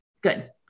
Good